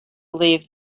leave